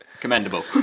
commendable